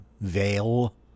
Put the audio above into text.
veil